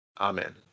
Amen